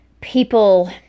people